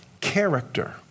character